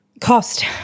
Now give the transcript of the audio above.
Cost